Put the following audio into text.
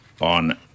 on